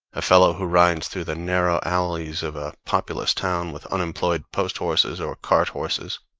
a fellow who rides through the narrow alleys of a populous town with unemployed post-horses or cart-horses,